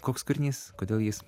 koks kūrinys kodėl jis